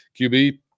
qb